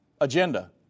agenda